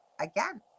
again